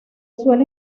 suelo